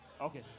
Okay